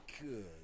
Good